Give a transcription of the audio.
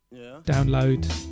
download